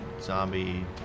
zombie